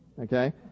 Okay